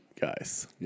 guys